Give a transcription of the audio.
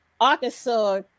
Arkansas